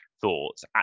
thoughts